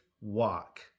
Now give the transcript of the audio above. walk